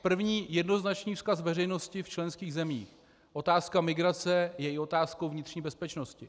První jednoznačný vzkaz veřejnosti v členských zemích: otázka migrace je i otázkou vnitřní bezpečnosti.